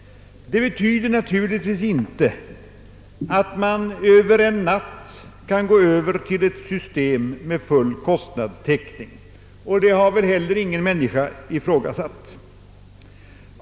Det betyder naturligtvis inte att man över en natt kan gå över till ett system med full kostnadstäckning. Det har heller ingen människa ifrågasatt.